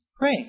Pray